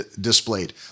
displayed